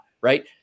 right